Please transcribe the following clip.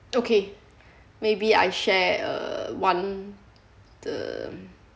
okay maybe I share uh one the